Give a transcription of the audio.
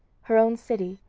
her own city,